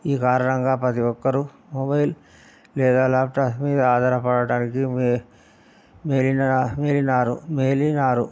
ఈ కారణంగా ప్రతీ ఒక్కరూ మొబైల్ లేదా ల్యాప్టాప్ మీద ఆధారపడడానికి మేలిన మేలిన మేలినారు